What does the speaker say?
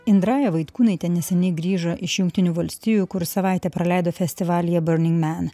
indraja vaitkūnaitė neseniai grįžo iš jungtinių valstijų kur savaitę praleido festivalyje burning man